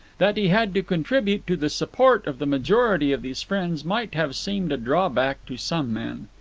that he had to contribute to the support of the majority of these friends might have seemed a drawback to some men.